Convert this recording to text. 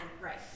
right